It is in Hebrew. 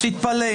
תתפלא.